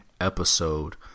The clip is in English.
Episode